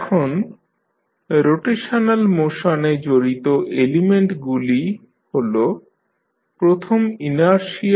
এখন রোটেশনাল মোশনে জড়িত এলিমেন্টগুলি হল প্রথম ইনারশিয়া